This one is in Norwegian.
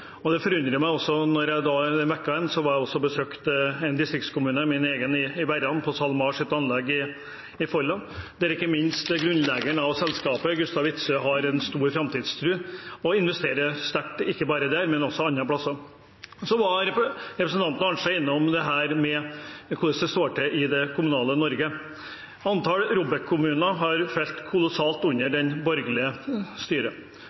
av distriktene forundrer oss litt. Det forundret meg også da jeg denne uken var og besøkte en distriktskommune – min egen, Verran – og Salmars anlegg i Folla, der ikke minst grunnleggeren av selskapet, Gustav Witzøe, har en stor framtidstro og investerer sterkt ikke bare der, men også andre steder. Representanten Arnstad var også innom dette med hvordan det står til i det kommunale Norge. Antall ROBEK-kommuner har falt kolossalt under det borgerlige styret.